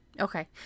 Okay